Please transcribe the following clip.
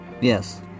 Yes